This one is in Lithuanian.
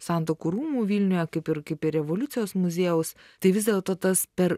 santuokų rūmų vilniuje kaip ir kaip ir revoliucijos muziejaus tai vis dėlto tas per